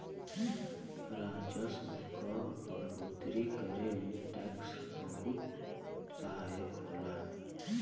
राजस्व क बढ़ोतरी करे में टैक्स बहुत सहायक होला